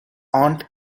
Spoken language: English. aunt